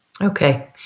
Okay